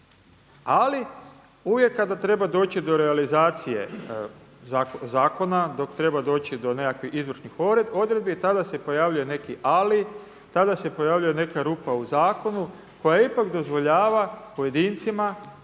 ali uvijek kada treba doći do realizacije zakona, dok treba doći do nekakvih izvršnih odredbi tada se pojavljuje neki ali, tada se pojavljuje neka rupa u zakonu koja ipak dozvoljava pojedincima